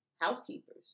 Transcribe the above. housekeepers